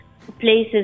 places